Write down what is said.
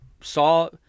saw